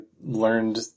learned